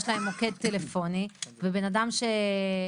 יש להם מוקד טלפוני ובן אדם שנפצע,